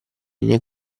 linee